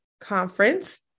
conference